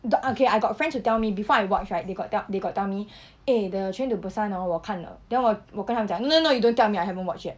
do~ okay I got friends who tell me before I watch right they got tell they got tell me eh the train to busan hor 我看了 then 我我跟他们讲 no no no you don't tell me I haven't watch yet